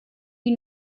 die